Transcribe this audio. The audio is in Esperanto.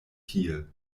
tie